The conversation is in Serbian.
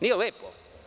Nije lepo.